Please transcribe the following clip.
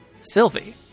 Sylvie